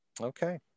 Okay